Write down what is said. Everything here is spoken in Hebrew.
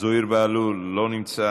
זוהיר בהלול אינו נוכח,